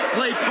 play